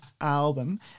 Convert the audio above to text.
album